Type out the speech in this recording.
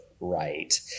right